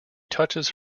touches